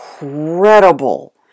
incredible